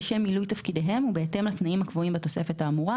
לשם מילוי תפקידיהם ובהתאם לתנאים הקבועים בתוספת האמורה,